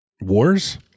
Wars